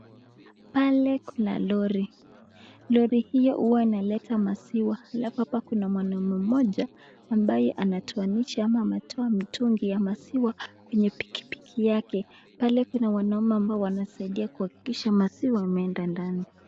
Pale kuna lori. Lori hiyo huwa inaleta maziwa. Halafu hapa kuna mwanaume mmoja ambaye anatoanisha au anatoa mitungi ya maziwa kwenye pikipiki yake. Pale kuna wanaume ambao wanasaidia kuhakikisha maziwa yameenda ndani.